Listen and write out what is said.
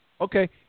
Okay